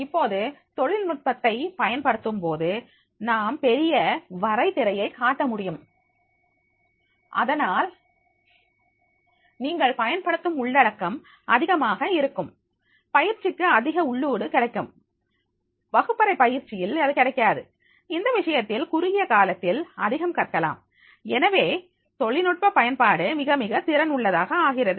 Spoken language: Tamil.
இப்போது தொழில்நுட்பத்தை பயன்படுத்தும் போது நாம் ஒரு பெரிய வரைதிரையை காட்ட முடியும் அதனால் நீங்கள் பயன்படுத்தும் உள்ளடக்கம் அதிகமாக இருக்கும் பயிற்சிக்கு அதிக உள்ளீடு கிடைக்கும் வகுப்பறை பயிற்சியில் அது கிடைக்காது இந்த விஷயத்தில் குறுகிய காலத்தில் அதிகம் கற்கலாம் எனவே தொழில்நுட்ப பயன்பாடு மிக மிக திறன் உள்ளதாக ஆகிறது